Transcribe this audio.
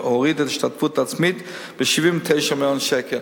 מה שהוריד את ההשתתפות העצמית ב-79 מיליון שקל.